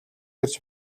ирж